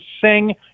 sing